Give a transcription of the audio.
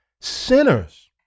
Sinners